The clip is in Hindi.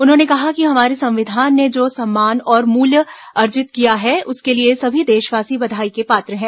उन्होंने कहा कि हमारे संविधान ने जो सम्मान और मूल्य अर्जित किया है उसके लिए सभी देशवासी बधाई के पात्र हैं